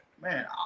man